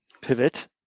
Pivot